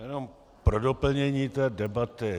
Jenom pro doplnění debaty.